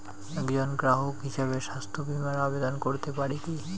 একজন গ্রাহক হিসাবে স্বাস্থ্য বিমার আবেদন করতে পারি কি?